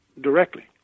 directly